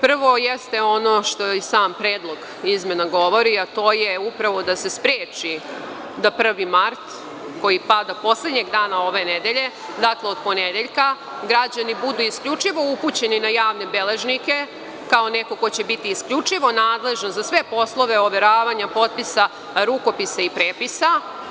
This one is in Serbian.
Prvo jeste ono što i sam predlog izmena govori, a to je upravo da se spreči da 1. mart, koji pada poslednjeg dana ove nedelje, dakle, od ponedeljka, građani budu isključivo upućeni na javne beležnike kao neko ko će biti isključivo nadležan za sve poslove overavanja potpisa, rukopisa i prepisa.